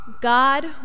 God